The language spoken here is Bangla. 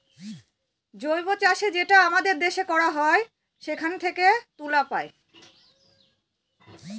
জৈব চাষ যেটা আমাদের দেশে করা হয় সেখান থেকে তুলা পায়